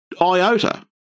iota